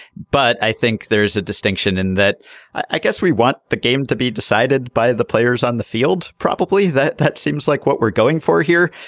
but i think there is a distinction in that i guess we want the game to be decided by the players on the field. probably that that seems like we're going for here.